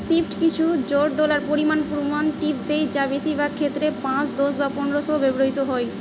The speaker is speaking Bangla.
শিফট কিছু জোড় ডলার পরিমাণ প্রমাণ টিপস দেই যা বেশিরভাগ ক্ষেত্রে পাঁচ দশ বা পনেরো সহ ব্যবহৃত হয়